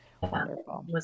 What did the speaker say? wonderful